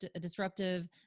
disruptive